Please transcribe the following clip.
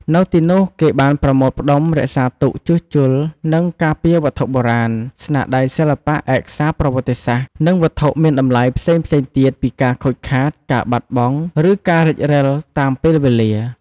នៅទីនោះគេបានប្រមូលផ្ដុំ រក្សាទុក ជួសជុល និងការពារវត្ថុបុរាណ ស្នាដៃសិល្បៈ ឯកសារប្រវត្តិសាស្ត្រ និងវត្ថុមានតម្លៃផ្សេងៗទៀតពីការខូចខាត ការបាត់បង់ ឬការរិចរិលតាមពេលវេលា។